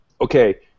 okay